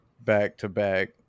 back-to-back